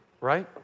right